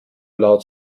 laut